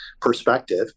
perspective